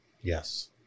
yes